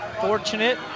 fortunate